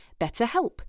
BetterHelp